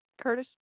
Curtis